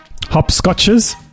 hopscotches